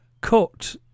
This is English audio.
cut